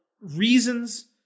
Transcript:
reasons